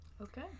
Okay